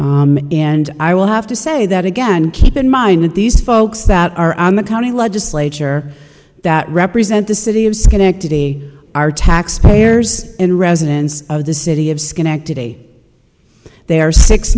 and i will have to say that again keep in mind that these folks that are on the county legislature that represent the city of schenectady are taxpayers and residents of the city of schenectady they are six